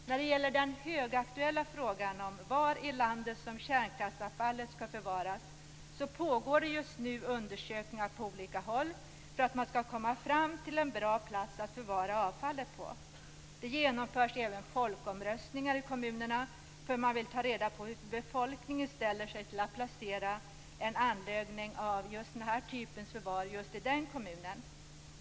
När det gäller den högaktuella frågan om var i landet som kärnkraftsavfallet skall förvaras pågår det just nu undersökningar på olika håll för att man skall komma fram till en bra plats att förvara avfallet på. Det genomförs även folkomröstningar i kommunerna för att man vill ta reda på hur befolkningen ställer sig till att placera en anläggning av just den här typen av förvar just i den kommunen.